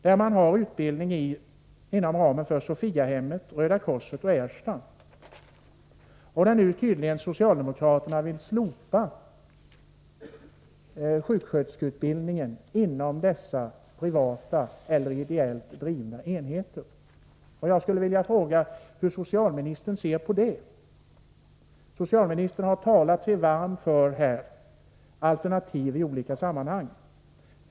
Man har där utbildning inom ramen för verksamheten vid Sophiahemmet, Röda korset och Ersta. Socialdemokraterna vill nu tydligen slopa sjuksköterskeutbildningen inom dessa privata eller ideellt drivna enheter. Jag skulle vilja fråga hur socialministern ser på det. Socialministern har här talat sig varm för alternativ i olika sammahang.